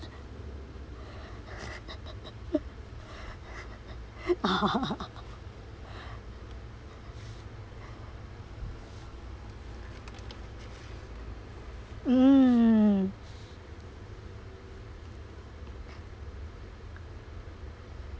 mm